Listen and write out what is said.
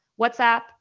WhatsApp